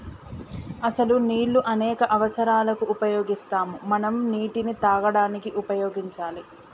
అసలు నీళ్ళు అనేక అవసరాలకు ఉపయోగిస్తాము మనం నీటిని తాగడానికి ఉపయోగించాలి